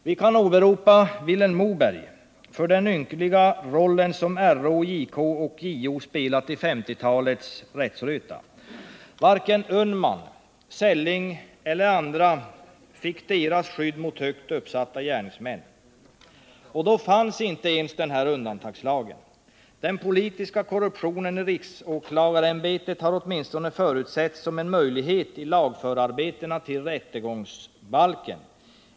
Vi kan åberopa Vilhelm Moberg när det gäller den ynkliga roll som RÅ, JK och JO spelat i 1950-talets rättsröta. Varken Unman, Selling eller andra fick deras skydd mot högt uppsatta gärningsmän. Och då fanns inte ens den här undantagslagen! Den politiska korruptionen i riksåklagarämbetet har åtminstone förutsetts som en möjlighet i lagförarbetena till rättegångsbalken.